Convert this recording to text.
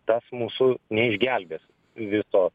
tas mūsų neišgelbės viso